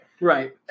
Right